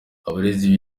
abarezi